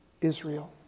Israel